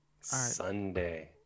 Sunday